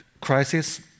crisis